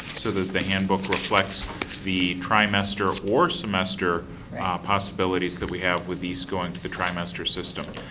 so that the handbook reflects the trimester or semester possibilities that we have with these going to the trimester system.